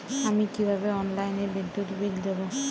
আমি কিভাবে অনলাইনে বিদ্যুৎ বিল দেবো?